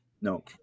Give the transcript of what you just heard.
No